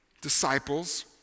disciples